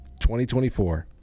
2024